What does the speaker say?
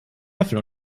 löffel